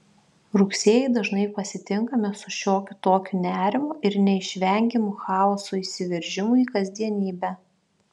rugsėjį dažnai pasitinkame su šiokiu tokiu nerimu ir neišvengiamu chaoso įsiveržimu į kasdienybę